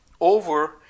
over